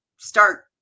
start